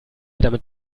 damit